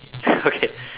okay